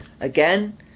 Again